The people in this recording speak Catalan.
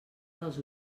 dels